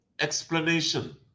explanation